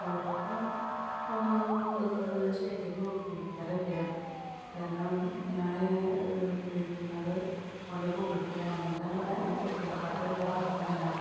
കുറവ് വന്നിട്ടുണ്ടോ എന്ന് ചോദിച്ച് കഴിഞ്ഞാല് എ ടി എം ഞാനുപയോഗിക്കാറില്ല കാരണം ഞാന് ഉപയോഗിക്കുന്നത് ഒൺലി ഗൂഗിൽപേ ആണ് ഒന്നാമത്തെ തന്നെ എൻ്റെ bank A T M card എന്റെ വര്ക്കിങ്ങ് അല്ല